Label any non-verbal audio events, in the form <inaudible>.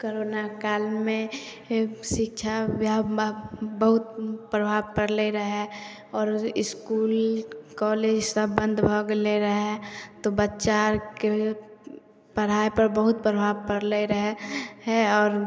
corona कालमे शिक्षा <unintelligible> बहुत प्रभाब परले रहे आओर इसकूल कॉलेज सब बन्द भऽ गेलै रहे तऽ बच्चा आरके पढ़ाइ पर बहुत प्रभाब परलै रहे हइ आओर